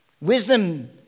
Wisdom